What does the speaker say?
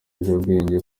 ibiyobyabwenge